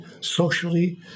socially